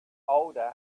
older